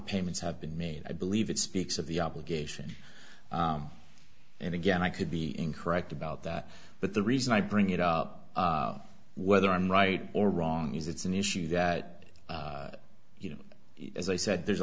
payments have been made i believe it speaks of the obligation and again i could be incorrect about that but the reason i bring it up whether i'm right or wrong is it's an issue that you know as i said there's